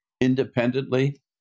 independently